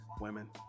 women